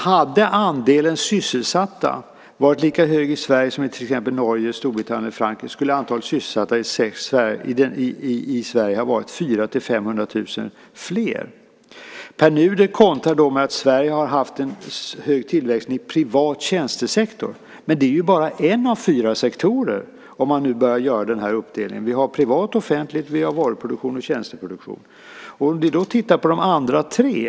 Hade andelen sysselsatta varit lika stor i Sverige som i till exempel Norge, Storbritannien och Frankrike skulle antalet sysselsatta i Sverige ha varit 400 000-500 000 fler. Pär Nuder kontrar då med att Sverige har haft en hög tillväxt i privat tjänstesektor. Men det är ju bara en av fyra sektorer, om man nu börjar göra denna uppdelning. Vi har privat och offentligt, och vi har varuproduktion och tjänsteproduktion. Vi kan då titta på de andra tre.